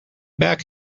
back